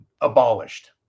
abolished